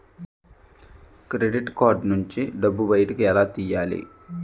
Credit card నుంచి డబ్బు బయటకు ఎలా తెయ్యలి?